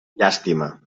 llàstima